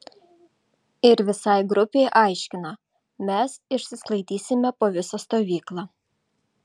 ir visai grupei aiškina mes išsisklaidysime po visą stovyklą